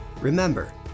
Remember